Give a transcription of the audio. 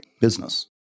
business